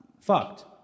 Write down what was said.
Fucked